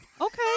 Okay